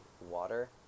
water